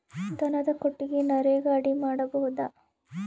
ದನದ ಕೊಟ್ಟಿಗಿ ನರೆಗಾ ಅಡಿ ಮಾಡಬಹುದಾ?